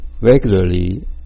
regularly